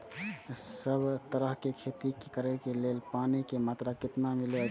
सब तरहक के खेती करे के लेल पानी के मात्रा कितना मिली अछि?